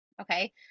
Okay